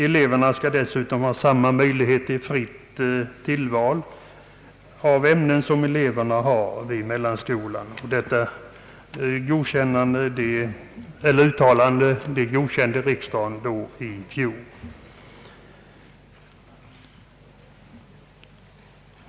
Eleverna skall dessutom ha samma möjligheter till fritt tillval av ämnen som eleverna har vid mellanskolan. Detta uttalande godkände riksdagen i fjol.